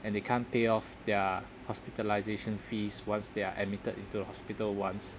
and they can't pay off their hospitalisation fees once they are admitted into the hospital once